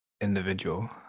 individual